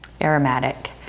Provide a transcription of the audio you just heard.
aromatic